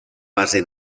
base